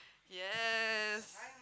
yes